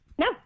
No